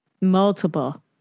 Multiple